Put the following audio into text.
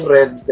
Red